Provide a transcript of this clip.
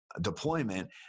deployment